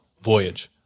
voyage